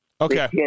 Okay